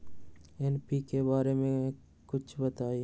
NPK बारे म कुछ बताई?